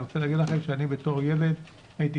אני רוצה לומר לכם שאני בתור ילד הייתי